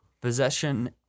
Possession